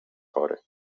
chory